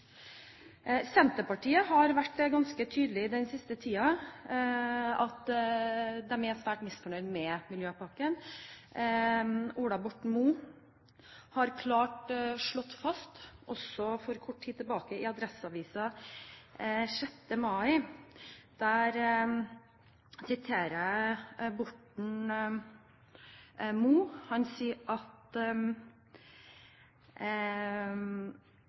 Senterpartiet har den siste tiden vært ganske tydelig på at de er svært misfornøyde med miljøpakken. Ola Borten Moe har klart slått det fast; for kort tid tilbake, i Adresseavisen den 6. mai, sier han: